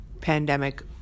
pandemic